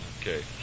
Okay